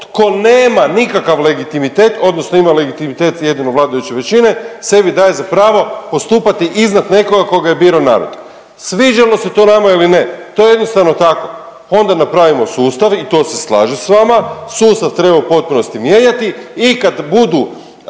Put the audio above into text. tko nema nikakav legitimitet, odnosno ima legitimitet jedino vladajuće većine sebi daje za pravo postupati iznad nekoga tko ga je birao narod sviđalo se to nama ili ne. To je jednostavno tako. Onda napravimo sustav i to se slažem sa vama, sustav treba u potpunosti mijenjati i kad budu